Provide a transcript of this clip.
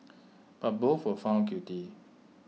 but both were found guilty